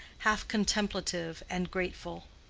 half contemplative and grateful.